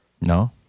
No